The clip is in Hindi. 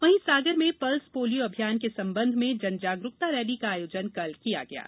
वहीं सागर में पल्स पोलियो अभियान के संबंध में जनजागरूकता रैली का आयोजन कल किया गया है